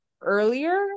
earlier